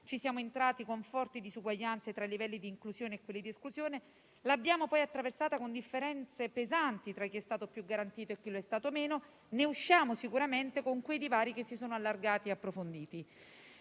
ci siamo entrati con forti disuguaglianze tra i livelli di inclusione e quelli di esclusione, l'abbiamo poi attraversata con differenze pesanti tra chi è stato più garantito e chi meno; ne usciamo sicuramente con quei divari che si sono allargati e approfonditi.